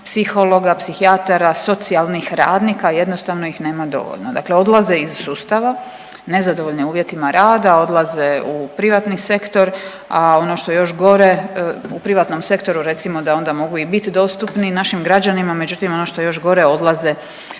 psihologa, psihijatara, socijalnih radnika jednostavno ih nema dovoljno, dakle odlaze iz sustava nezadovoljnim uvjetima rada odlaze u privatni sektor, a ono što je još gore u privatnom sektoru recimo da onda mogu i biti dostupni našim građanima, međutim ono što je još gore odlaze